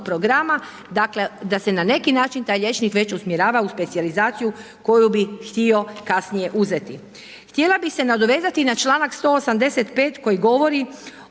programa. Dakle, da se na neki način taj liječnik usmjerava u specijalizaciju koju bi htio kasnije uzeti. Htjela bih se nadovezati na čl. 185. koji govori